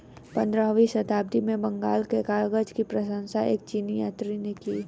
पंद्रहवीं शताब्दी में बंगाल के कागज की प्रशंसा एक चीनी यात्री ने की